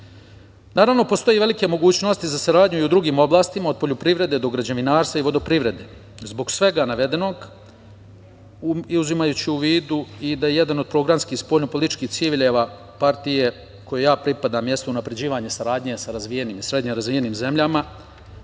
države. Naravno, postoje velike mogućnosti za saradnju i u drugim oblastima, od poljoprivrede do građevinarstva i vodoprivrede. Zbog svega navedenog, uzimajući u vidu i da jedan od programskih spoljnopolitičkih ciljeva partije kojoj ja pripadam jesu unapređivanje saradnje sa razvijenim, srednje razvijenim zemljama,